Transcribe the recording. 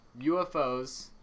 UFOs